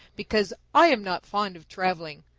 because i am not fond of traveling.